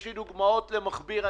יש לי דוגמאות למכביר.